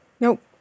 Nope